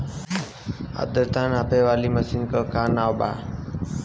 आद्रता नापे वाली मशीन क का नाव बा?